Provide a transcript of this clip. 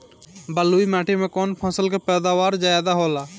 बालुई माटी में कौन फसल के पैदावार ज्यादा होला?